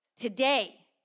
Today